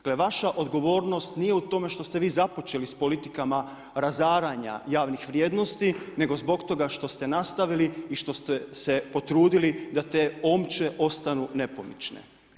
To je vaša odgovornost nije u tome što ste vi započeli s politikama razaranja javnih vrijednosti, nego zbog toga što ste nastavili i što ste se potrudili da te omče ostanu nepomične.